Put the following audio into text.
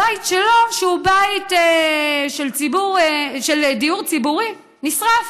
הבית שלו, שהוא בית של דיור ציבורי, נשרף.